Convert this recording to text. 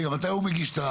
רגע מתי הוא מגיש?